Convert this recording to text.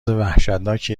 وحشتناکی